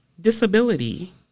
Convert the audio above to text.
disability